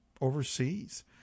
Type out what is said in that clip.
overseas